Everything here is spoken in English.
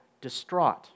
distraught